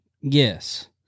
Yes